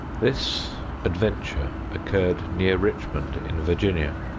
this adventure occurred near richmond, in virginia.